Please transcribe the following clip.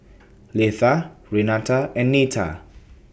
Letha Renata and Nita